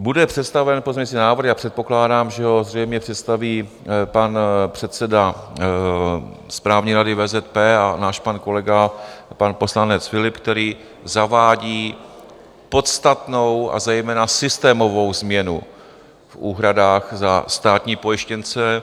Bude představen pozměňující návrh a předpokládám, že ho zřejmě představí pan předseda správní rady VZP a náš pan kolega poslanec Philipp, který zavádí podstatnou a zejména systémovou změnu v úhradách za státní pojištěnce.